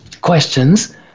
questions